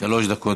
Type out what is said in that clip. שלוש דקות.